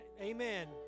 Amen